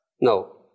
No